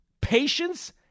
Patience